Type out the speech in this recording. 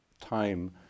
time